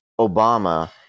Obama